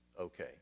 okay